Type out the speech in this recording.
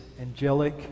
angelic